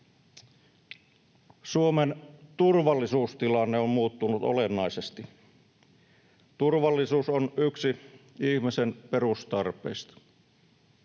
Suomen turvallisuustilanne on muuttunut olennaisesti. Turvallisuus on yksi ihmisen perustarpeista.